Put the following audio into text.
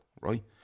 right